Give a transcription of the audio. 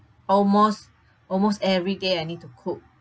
almost almost every day I need to cook